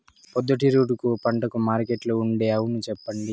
పొద్దుతిరుగుడు పంటకు మార్కెట్లో ఉండే అవును చెప్పండి?